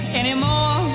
anymore